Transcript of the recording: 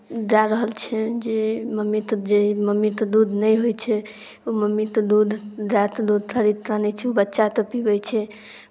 दए रहल छै जे मम्मीते जे मम्मीते दूध नहि होइ छै ओ मम्मीते दूध दाएते दूध खरीद तऽ आनै छै ओ बच्चा तऽ पीबै छै